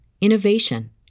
innovation